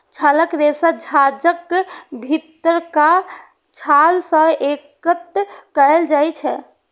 छालक रेशा गाछक भीतरका छाल सं एकत्र कैल जाइ छै